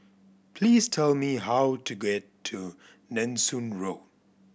please tell me how to get to Nanson Road